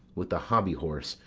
with the hobby-horse,